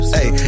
Hey